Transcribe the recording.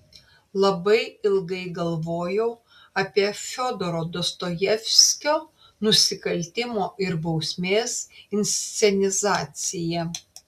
labai ilgai galvojau apie fiodoro dostojevskio nusikaltimo ir bausmės inscenizaciją